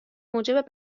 موجب